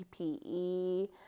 PPE